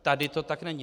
Tady to tak není.